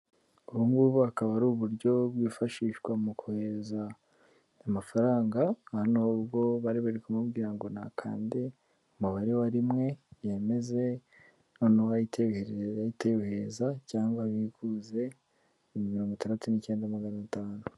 Ubu ngubu akaba ari uburyo bwifashishwa mu kohereza amafaranga nubwo bari bari kumubwira ngo nakande umubare wa rimwe yemeze noneho ahite yohereza cyangwa abikuze ibihumbi mirongo itandatu n'icyenda magana atanu.